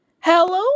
Hello